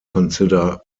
consider